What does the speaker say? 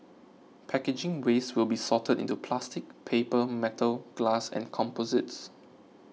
packaging waste will be sorted into plastic paper metal glass and composites